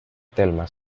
telma